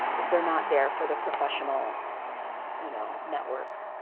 if they're not there for the professional you know network.